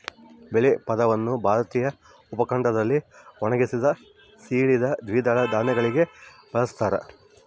ಬೇಳೆ ಪದವನ್ನು ಭಾರತೀಯ ಉಪಖಂಡದಲ್ಲಿ ಒಣಗಿಸಿದ, ಸೀಳಿದ ದ್ವಿದಳ ಧಾನ್ಯಗಳಿಗೆ ಬಳಸ್ತಾರ